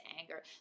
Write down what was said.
anger